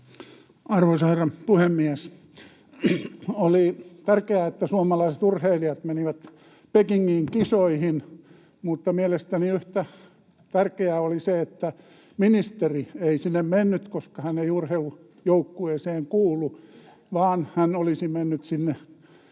Arvoisa herra puhemies! Oli tärkeää, että suomalaiset urheilijat menivät Pekingin kisoihin, mutta mielestäni yhtä tärkeää oli se, että ministeri ei sinne mennyt, koska hän ei urheilujoukkueeseen kuulu, vaan hän olisi mennyt sinne